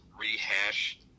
rehash